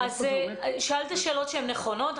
שאלת שאלות נכונות.